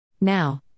Now